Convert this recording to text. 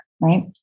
right